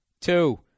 two